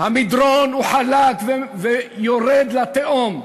המדרון הוא חלק ויורד לתהום.